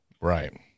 Right